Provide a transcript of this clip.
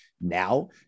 now